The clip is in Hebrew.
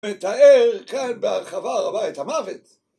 מתאר כאן בהרחבה רבה את המוות